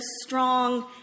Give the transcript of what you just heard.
strong